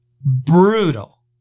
brutal